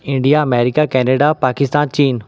India America Canada Pakistan China